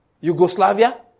Yugoslavia